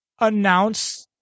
announce